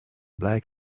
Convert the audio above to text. black